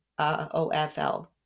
OFL